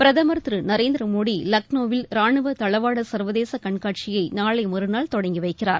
பிரதமர் திரு நரேந்திர மோடி லக்னோவில் ரானுவ தளவாட சர்வதேச கண்காட்சியை நாளை மறுநாள் தொடங்கி வைக்கிறார்